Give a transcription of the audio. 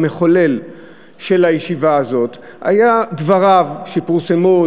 המחולל של הישיבה הזאת היה דבריו שפורסמו,